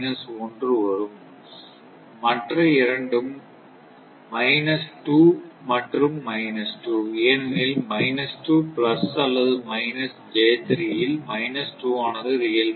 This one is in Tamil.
0 வரும் மற்ற இரண்டும் மைனஸ் 2 மற்றும் மைனஸ் 2 ஏனெனில் மைனஸ் 2 பிளஸ் அல்லது மைனஸ் j3 ல் 2 ஆனது ரியல் மதிப்பு